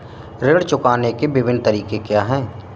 ऋण चुकाने के विभिन्न तरीके क्या हैं?